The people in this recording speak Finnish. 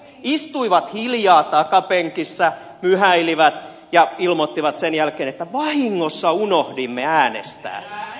istuivat hiljaa takapenkissä myhäilivät ja ilmoittivat sen jälkeen että vahingossa unohdimme äänestää